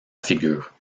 figure